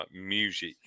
music